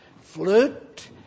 flute